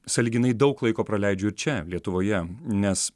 sąlyginai daug laiko praleidžiu čia lietuvoje nes